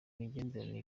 imigenderanire